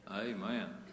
Amen